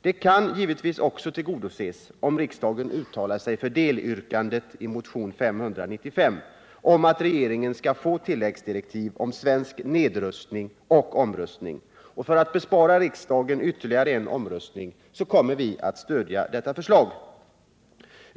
Detta kan givetvis också tillgodoses om riksdagen uttalar sig för ett delyrkande i motionen 595 om att försvarskommittén skall få tilläggsdirektiv om svensk nedrustning och omrustning. För att bespara riksdagen ytterligare en omröstning kommer vi att stödja detta förslag.